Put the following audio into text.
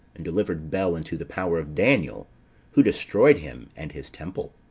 and delivered bel into the power of daniel who destroyed him and his temple.